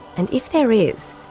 and if there is,